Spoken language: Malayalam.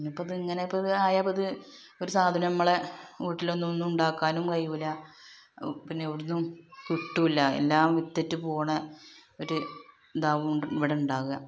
ഇഞ്ഞിപ്പത് ഇങ്ങനിപ്പത് ആയാൽ ഇപ്പത് ഒരു സാധനം നമ്മളുടെ വീട്ടിലൊന്നും ഒന്നും ഉണ്ടാക്കാനും കഴിയില്ല പിന്നിവിടെയൊന്നും കിട്ടില്ലാ എല്ലാം വിത്തറ്റ് പോകണ ഒരു ഇതാകും അവിടെ ഉണ്ടാകുക